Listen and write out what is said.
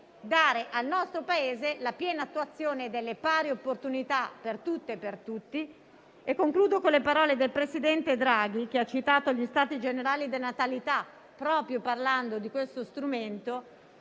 dare al nostro Paese la piena attuazione delle pari opportunità per tutte e per tutti. Concludo con le parole del presidente Draghi, che ha citato gli stati generali della natalità, proprio parlando di questo strumento: